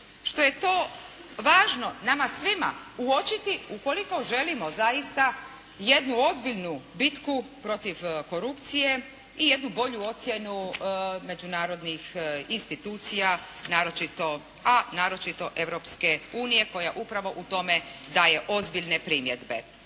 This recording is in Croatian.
što je to važno nama svima uočiti ukoliko želimo zaista jednu ozbiljnu bitku protiv korupcije i jednu bolju ocjenu međunarodnih institucija, a naročito Europske unije, koja upravo u tome daje ozbiljne primjedbe,